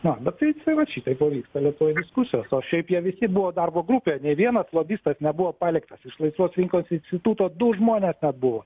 na bet taip tai vat šitaip va vyksta lietuvoj diskusijos o šiaip jie visi buvo darbo grupėj nė vienas lobistas nebuvo paliktas iš laisvos rinkos instituto du žmonės net buvo